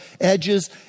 edges